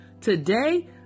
Today